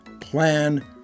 plan